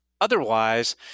otherwise